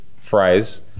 fries